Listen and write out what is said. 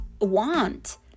want